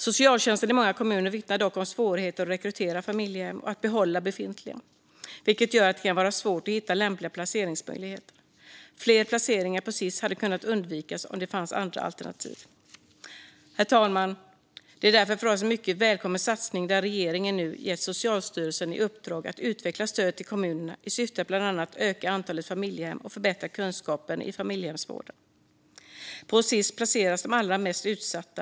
Socialtjänsten i många kommuner vittnar dock om svårigheter att rekrytera familjehem och att behålla befintliga, vilket gör att det kan vara svårt att hitta lämpliga placeringsmöjligheter. Fler placeringar inom Sis hade kunnat undvikas om det fanns andra alternativ. Herr talman! Därför är det för oss en mycket välkommen satsning att regeringen nu har gett Socialstyrelsen i uppdrag att utveckla ett stöd till kommunerna i syfte att bland annat öka antalet familjehem och förbättra kunskapen i familjehemsvården. På Sis-hem placeras de allra mest utsatta.